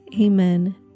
Amen